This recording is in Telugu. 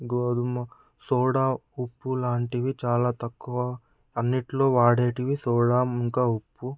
గోధుమ సోడా ఉప్పు లాంటి చాలా తక్కువ అన్నింటిలోవాడేవి సోడా ఇంకా ఉప్పు